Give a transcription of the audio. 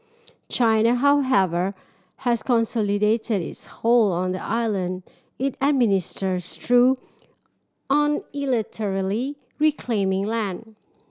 China however has consolidated its hold on the island it administers through unilaterally reclaiming land